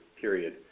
period